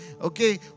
Okay